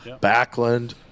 Backlund